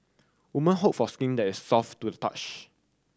women hope for skin that is soft to the touch